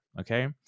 okay